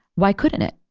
why couldn't it?